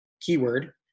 keyword